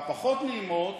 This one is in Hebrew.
והפחות נעימות,